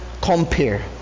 compare